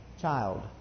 child